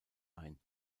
ein